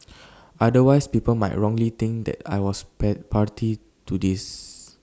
otherwise people might wrongly think that I was pair party to this